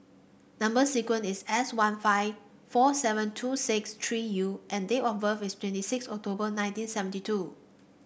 number sequence is S one five four seven two six three U and date of birth is twenty six October nineteen seventy two